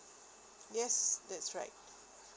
yes that's right